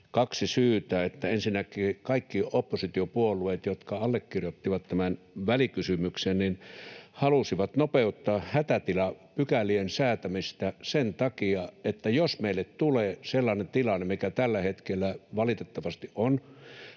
kaksi syytä: Ensinnäkin kaikki oppositiopuolueet, jotka allekirjoittivat tämän välikysymyksen, halusivat nopeuttaa hätätilapykälien säätämistä sen takia, että jos meille tulee sellainen tilanne, mikä tällä hetkellä valitettavasti on